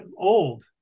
old